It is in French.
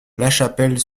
lachapelle